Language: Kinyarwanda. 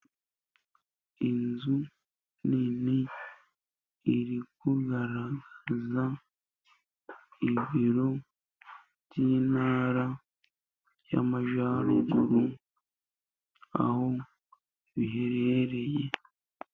Inzu nini iri kugaragaza ibiro by' intara y'Amajyaruguru aho biherereye.